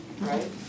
right